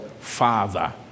Father